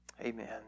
Amen